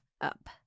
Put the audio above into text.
up